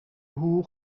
حقوق